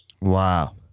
Wow